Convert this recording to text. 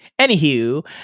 Anywho